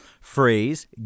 phrase